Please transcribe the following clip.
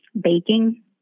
baking